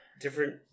different